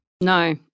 No